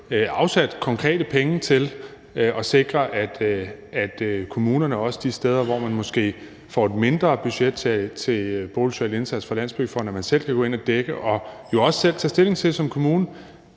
afsat konkrete beløb til at sikre, at kommunerne, også de steder, hvor man måske får et mindre budget til den boligsociale indsats fra Landsbyggefonden, selv kan gå ind og dække det og jo også selv kan tage stilling til, hvad der